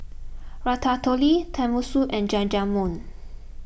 Ratatouille Tenmusu and Jajangmyeon